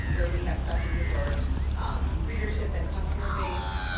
where we have such a diverse um readership and customer base,